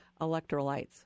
electrolytes